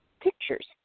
pictures